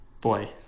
boy